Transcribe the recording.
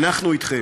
אנחנו אתכם?